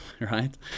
right